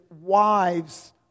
wives